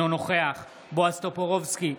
אינו נוכח בועז טופורובסקי,